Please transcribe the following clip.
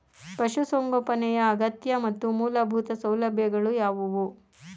ಪಶುಸಂಗೋಪನೆಯ ಅಗತ್ಯ ಮತ್ತು ಮೂಲಭೂತ ಸೌಲಭ್ಯಗಳು ಯಾವುವು?